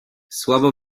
słabo